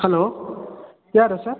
hello ಯಾರು sir